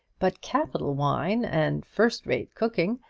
but capital wine and first-rate cooking.